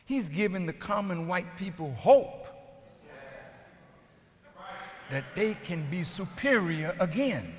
he's given the common white people whole that they can be superior again